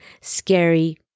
scary